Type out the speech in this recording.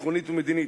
ביטחונית ומדינית,